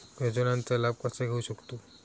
योजनांचा लाभ कसा घेऊ शकतू?